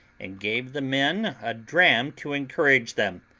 and gave the men a dram to encourage them.